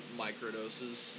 microdoses